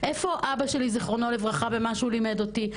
איפה אבא שלי זכרונו לברכה ומה שהוא לימד אותי,